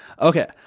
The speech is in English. okay